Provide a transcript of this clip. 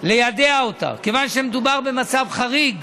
ליידע אותה, כיוון שמדובר במצב חריג